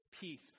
peace